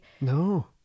No